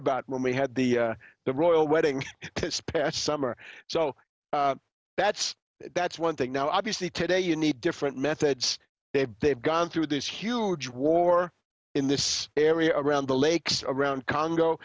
about when we had the the royal wedding this past summer so that's that's one thing now obviously today you need different methods dave dave gone through this huge war in this area around the lakes around congo